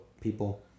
people